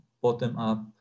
bottom-up